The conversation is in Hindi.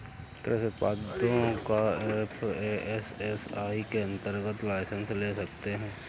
कृषि उत्पादों का एफ.ए.एस.एस.आई के अंतर्गत लाइसेंस ले सकते हैं